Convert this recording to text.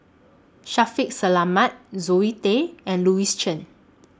Shaffiq Selamat Zoe Tay and Louis Chen